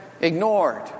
ignored